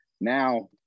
Now